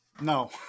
No